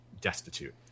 destitute